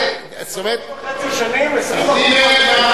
שלוש שנים וחצי, 20% מהתשתיות.